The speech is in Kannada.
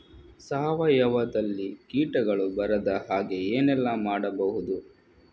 ಸಾವಯವದಲ್ಲಿ ಕೀಟಗಳು ಬರದ ಹಾಗೆ ಏನೆಲ್ಲ ಮಾಡಬಹುದು?